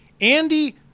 Andy